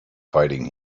fighting